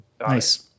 Nice